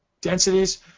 densities